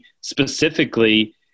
specifically